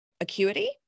acuity